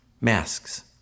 masks